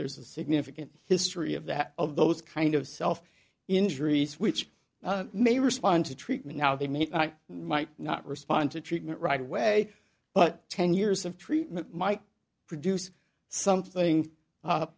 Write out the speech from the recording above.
there's a significant history of that of those kind of self injuries which may respond to treatment how they meet i might not respond to treatment right away but ten years of treatment might produce something